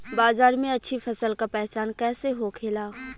बाजार में अच्छी फसल का पहचान कैसे होखेला?